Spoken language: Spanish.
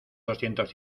doscientos